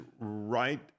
right